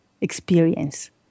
experience